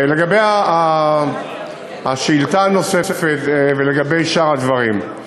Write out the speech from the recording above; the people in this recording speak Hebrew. לגבי השאלה הנוספת ושאר הדברים: